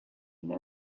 une